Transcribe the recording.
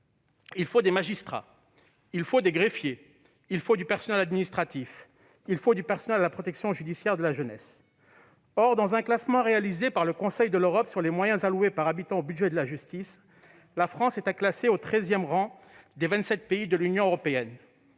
il faut des magistrats, il faut des greffiers, il faut du personnel administratif, il faut du personnel à la protection judiciaire de la jeunesse (PJJ). Or dans un classement réalisé par le Conseil de l'Europe sur les moyens alloués par habitant au budget de la justice, la France est classée au treizième rang des vingt-sept pays de l'Union européenne